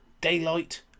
Daylight